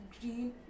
green